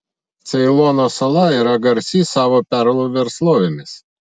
ceilono sala yra garsi savo perlų verslovėmis